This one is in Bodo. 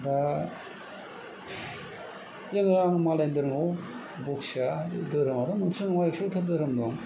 दा जेरै आं मालायनि धोरोमाव बखिया बे धोरोमाबो मोनसे नङा एकस' एकथा धोरोम दं